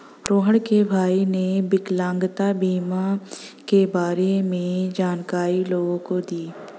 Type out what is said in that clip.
रोहण के भाई ने विकलांगता बीमा के बारे में जानकारी लोगों को दी